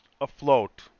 afloat